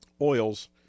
oils